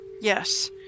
Yes